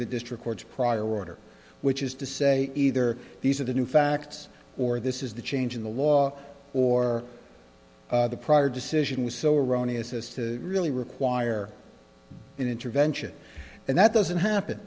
the district court's prior order which is to say either these are the new facts or this is the change in the law or the prior decision so erroneous as to really require an intervention and that doesn't happen